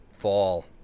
Fall